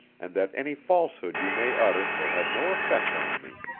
and that any falsehood you may utter will have no effect on me.